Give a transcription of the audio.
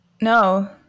No